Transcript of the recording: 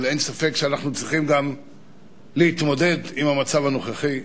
אבל אין ספק שאנחנו צריכים גם להתמודד עם המצב הנוכחי,